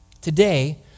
Today